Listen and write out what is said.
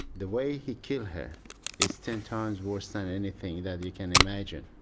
the way he killed her is ten times worse than anything that you can imagine.